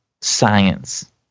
science